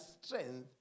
strength